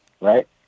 right